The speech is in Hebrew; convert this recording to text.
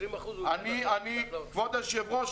20% הוא --- כבוד היושב-ראש,